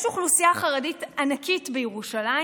יש אוכלוסייה חרדית ענקית בירושלים,